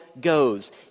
goes